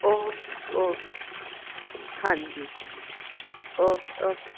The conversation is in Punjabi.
ਓਕੇ ਓਕੇ ਹਾਂਜੀ ਓਕੇ ਓਕੇ